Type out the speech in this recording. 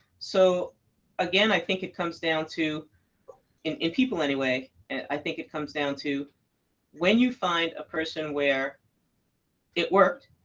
so again, i think it comes down to in people anyway, i think it comes down to when you find a person where it worked,